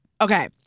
Okay